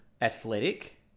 athletic